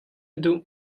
duh